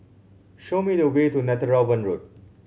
show me the way to Netheravon Road